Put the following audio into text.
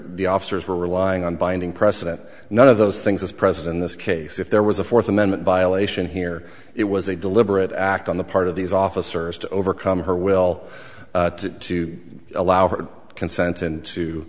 the officers were relying on binding precedent none of those things this president this case if there was a fourth amendment violation here it was a deliberate act on the part of these officers to overcome her will to allow her consent